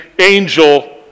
angel